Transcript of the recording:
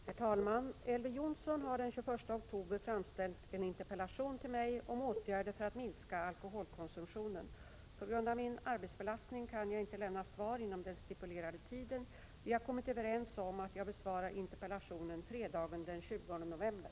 Herr talman! Elver Jonsson har den 21 oktober framställt en interpellation till mig om åtgärder för att minska alkoholkonsumtionen. På grund av min arbetsbelastning kan jag inte lämna svar inom den stipulerade tiden. Vi har kommit överens om att jag besvarar interpellationen fredagen den 20 november.